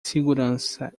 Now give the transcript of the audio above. segurança